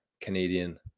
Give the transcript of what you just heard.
Canadian